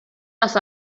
las